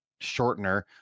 shortener